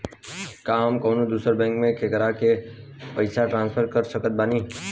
का हम कउनों दूसर बैंक से केकरों के पइसा ट्रांसफर कर सकत बानी?